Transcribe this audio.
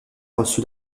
reçu